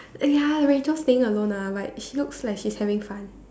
ya Rachel's staying alone ah but she looks like she's having fun